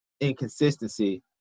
inconsistency